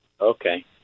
Okay